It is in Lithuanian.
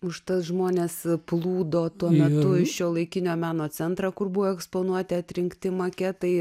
užtat žmonės plūdo tuo metu į šiuolaikinio meno centrą kur buvo eksponuoti atrinkti maketai